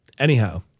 Anyhow